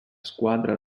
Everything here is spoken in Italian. squadra